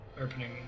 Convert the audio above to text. opening